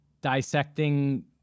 dissecting